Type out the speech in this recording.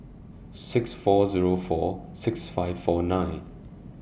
six four Zero four six five four nine